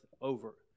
over